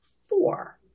four